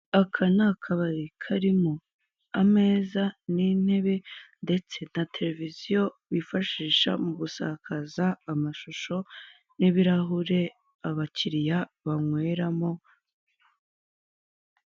Aka n'akabari karimo ameza nintebe ndetse na televiziyo bifashisha mugusakaza amashusho n'ibirahure abakiriya bankweramo.